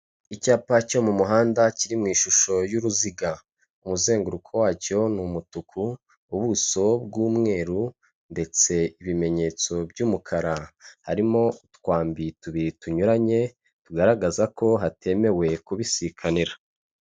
Icyapa cyo mu muhanda kiri mu ishusho y'uruziga, umuzenguruko wacyo ni umutuku, ubuso bw'umweru, ndetse ibimenyetso by'umukara. Harimo utwambi tubiri tunyuranye, tugaragaza ko hatemewe kubisikanira.